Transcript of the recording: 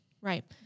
Right